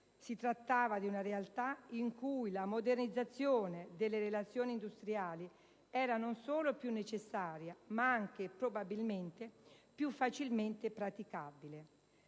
Si trattava di una realtà in cui la modernizzazione delle relazioni industriali era non solo più necessaria ma anche, probabilmente, più facilmente praticabile.